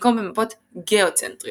במקום במפות גאוצנטריות.